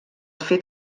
fet